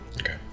Okay